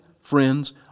friends